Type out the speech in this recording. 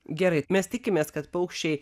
gerai mes tikimės kad paukščiai